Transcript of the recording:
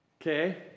Okay